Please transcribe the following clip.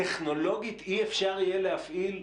טכנולוגית אי-אפשר יהיה להפעיל?